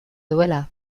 duela